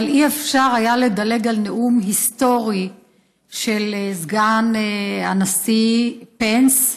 אבל אי-אפשר לדלג על נאום היסטורי של סגן הנשיא פנס,